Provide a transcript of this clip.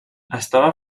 estava